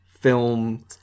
film